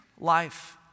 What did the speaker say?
life